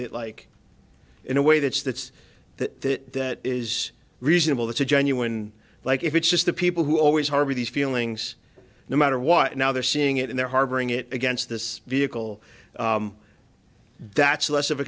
that like in a way that's that's that is reasonable that's a genuine like if it's just the people who always harbor these feelings no matter what now they're seeing it and they're harboring it against this vehicle that's less of a